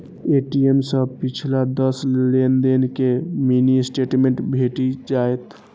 ATM सं पिछला दस लेनदेन के मिनी स्टेटमेंट भेटि जायत